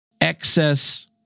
excess